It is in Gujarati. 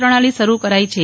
પ્રણાલી શરૂ કરાઇ છે